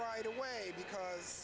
right away because